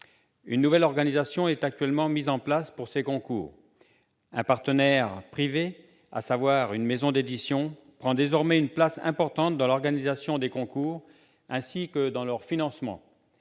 Une nouvelle organisation est actuellement mise en place pour ces concours. En effet, un partenaire privé- en l'occurrence, une maison d'édition -prend désormais une place importante dans l'organisation des concours ainsi que dans leur financement.